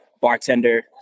bartender